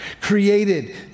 created